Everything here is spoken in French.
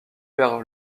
père